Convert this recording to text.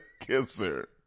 kisser